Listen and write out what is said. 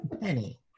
penny